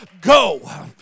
go